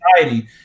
society